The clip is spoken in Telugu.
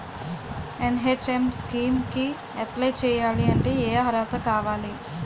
ఎన్.హెచ్.ఎం స్కీమ్ కి అప్లై చేయాలి అంటే ఏ అర్హత కావాలి?